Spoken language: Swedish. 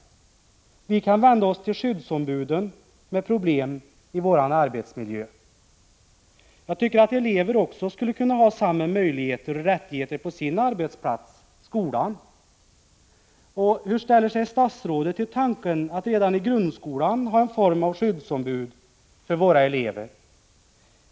Vi kan vända oss till skyddsombuden med problem i vår arbetsmiljö. Jag tycker att eleverna skulle ha samma möjligheter och rättigheter på sin arbetsplats, i skolan. Hur ställer sig statsrådet till tanken att redan i grundskolan ha en form av skyddsombud för våra elever?